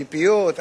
ציפיות,